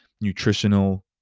nutritional